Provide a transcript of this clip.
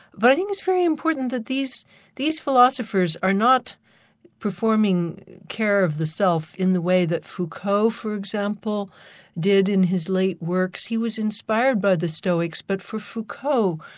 but i think it's very important that these these philosophers are not performing care of the self in the way that foucault for example did in his late works. he was inspired by the stoics but for foucault,